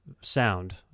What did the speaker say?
sound